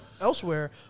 elsewhere